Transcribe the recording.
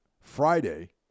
Friday